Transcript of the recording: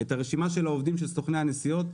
את רשימת העובדים סוכני הנסיעות.